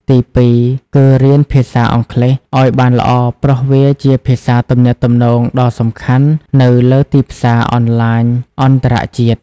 ទីពីរ គឺ រៀនភាសាអង់គ្លេស ឱ្យបានល្អព្រោះវាជាភាសាទំនាក់ទំនងដ៏សំខាន់នៅលើទីផ្សារអនឡាញអន្តរជាតិ។